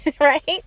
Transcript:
Right